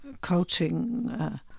coaching